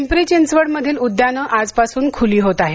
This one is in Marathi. पिंपरी चिंचवडमधील उद्यानं आजपासून खुली होत आहेत